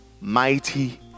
mighty